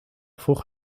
vroeg